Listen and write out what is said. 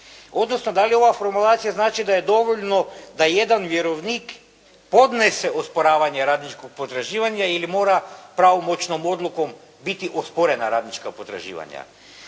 odnosno da li ona formulacija znači da je dovoljno da jedan vjerovnik podnese osporavanje radničkog potraživanja ili mora pravomoćnom odlukom biti osporena radnička potraživanja.